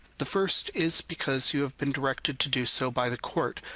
the first is because you have been directed to do so by the court,